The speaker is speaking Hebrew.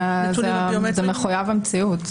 זה מחויב המציאות.